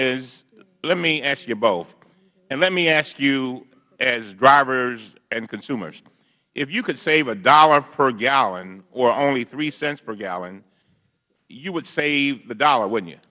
is let me ask you both and let me ask you as drivers and consumers if you could save a dollar per gallon or only three cents per gallon you would save the dollar wouldn't y